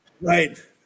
Right